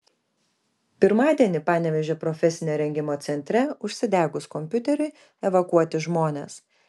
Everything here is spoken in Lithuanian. pirmadienį panevėžio profesinio rengimo centre užsidegus kompiuteriui evakuoti žmonės